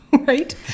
right